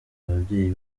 ababyeyi